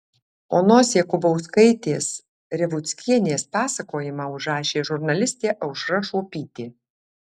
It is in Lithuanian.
onos jakubauskaitės revuckienės pasakojimą užrašė žurnalistė aušra šuopytė